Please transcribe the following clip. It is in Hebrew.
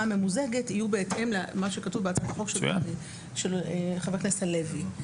הממוזגת יהיו בהתאם למה שכתוב בהצעת החוק של חבר הכנסת הלוי.